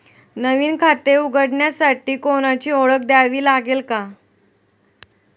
नवीन खाते उघडण्यासाठी कोणाची ओळख द्यावी लागेल का?